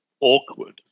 awkward